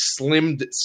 slimmed